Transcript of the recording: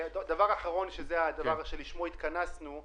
אני מקדם פתרון של פדיון מוקדם של קופות גמל בפטור